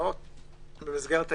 במסגרת הישיבה,